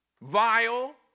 vile